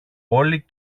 όλοι